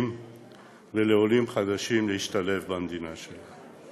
ולעולים חדשים להשתלב במדינה שלנו.